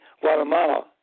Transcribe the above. Guatemala